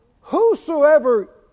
Whosoever